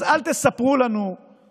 אז אל תספרו לנו שאתם